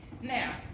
now